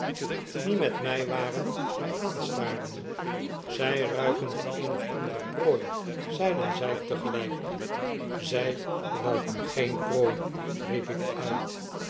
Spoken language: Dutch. die met mij waren mg aanstaarden zij ruiken de eene of andere prooi zeiden zij tegelijk zij ruiken geen prooi riep ik uit